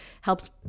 Helps